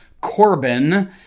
Corbin